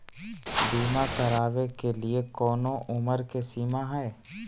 बीमा करावे के लिए कोनो उमर के सीमा है?